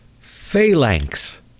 phalanx